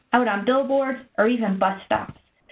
out on billboards or even bus stops.